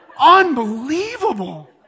Unbelievable